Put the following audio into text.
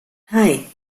hei